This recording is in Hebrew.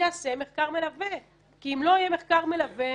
יעשה מחקר מלווה כי אם לא יהיה מחקר מלווה,